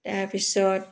তাৰপিছত